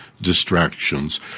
distractions